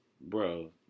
Bro